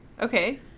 Okay